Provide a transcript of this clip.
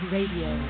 Radio